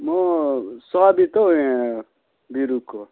म सबित यहाँ बिरूको